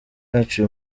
yacu